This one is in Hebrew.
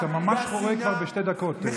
אתה ממש חורג כבר בשתי דקות.